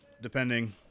depending